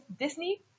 Disney